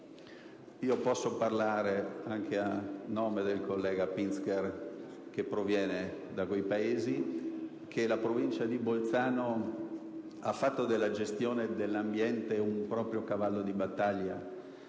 Io posso dire, anche a nome del collega Pinzger che proviene da quei paesi, che la Provincia di Bolzano ha fatto della gestione dell'ambiente un proprio cavallo di battaglia: